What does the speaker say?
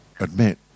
Admit